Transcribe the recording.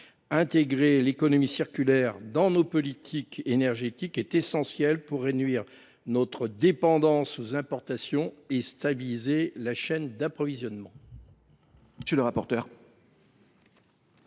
intégrer l’économie circulaire dans nos politiques énergétiques est essentiel pour réduire notre dépendance aux importations et stabiliser les chaînes d’approvisionnement.